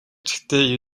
чигтээ